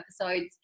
episodes